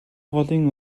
голын